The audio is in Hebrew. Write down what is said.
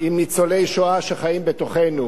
עם ניצולי שואה שחיים בתוכנו.